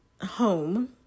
home